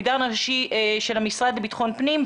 המדען הראשי של המשרד לבטחון פנים,